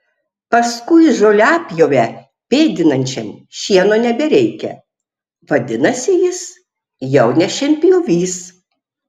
paskui žoliapjovę pėdinančiam šieno nebereikia vadinasi jis jau ne šienpjovys